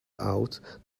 out